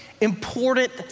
important